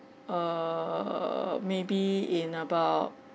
err maybe in about